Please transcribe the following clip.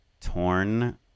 torn